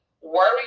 worry